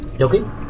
Okay